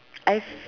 I've